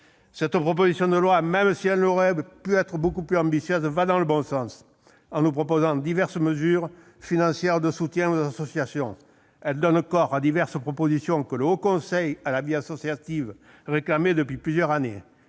Cette proposition de loi, même si elle aurait pu être beaucoup plus ambitieuse, va dans le bon sens. En prévoyant diverses mesures financières de soutien aux associations, elle donne corps à plusieurs propositions que le Haut Conseil à la vie associative réclamait depuis plusieurs années.